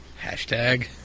Hashtag